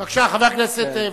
בבקשה, חבר הכנסת וקנין.